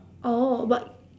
orh but